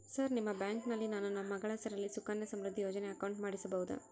Sir ನಿಮ್ಮ ಬ್ಯಾಂಕಿನಲ್ಲಿ ನಾನು ನನ್ನ ಮಗಳ ಹೆಸರಲ್ಲಿ ಸುಕನ್ಯಾ ಸಮೃದ್ಧಿ ಯೋಜನೆ ಅಕೌಂಟ್ ಮಾಡಿಸಬಹುದಾ?